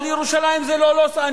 אבל ירושלים היא לא לוס-אנג'לס,